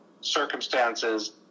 circumstances